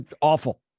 awful